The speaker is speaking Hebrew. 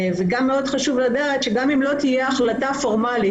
וגם מאוד חשוב לדעת שגם אם לא תהיה החלטה פורמלית,